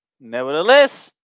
Nevertheless